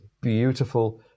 beautiful